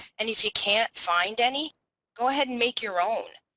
and if you can't find any go ahead and make your own.